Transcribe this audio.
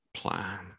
plan